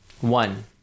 One